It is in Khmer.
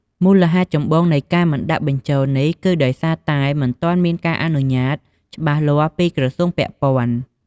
មូលហេតុចម្បងនៃការមិនដាក់បញ្ចូលនេះ គឺដោយសារតែមិនទាន់មានការអនុញ្ញាតច្បាស់លាស់ពីក្រសួងពាក់ព័ន្ធ។